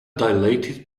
dilated